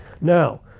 Now